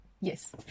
yes